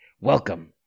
Welcome